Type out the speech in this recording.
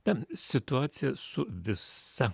ta situacija su visa